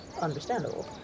Understandable